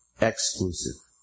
EXCLUSIVE